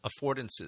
affordances